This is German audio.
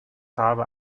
farbe